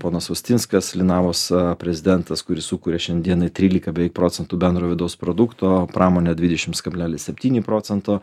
ponas austinskas linavos prezidentas kuris sukuria šiandienai trylika beiveik procentų bendro vidaus produkto pramonė dvidešims kablelis septyni procento